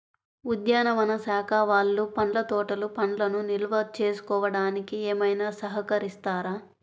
ఉద్యానవన శాఖ వాళ్ళు పండ్ల తోటలు పండ్లను నిల్వ చేసుకోవడానికి ఏమైనా సహకరిస్తారా?